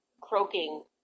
croaking